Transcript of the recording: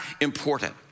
important